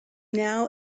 now